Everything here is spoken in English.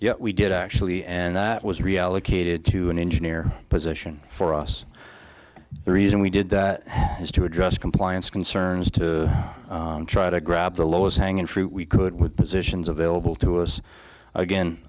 yeah we did actually and that was reallocated to an engineer position for us reason we did that was to address compliance concerns to try to grab the lowest hanging fruit we could with positions available to us again